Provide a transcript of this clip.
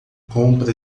compra